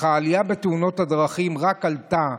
העלייה בתאונות הדרכים רק עלתה,